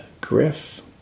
Griff